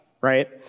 right